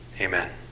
Amen